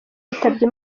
yitabye